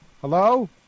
Hello